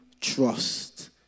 trust